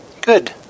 Good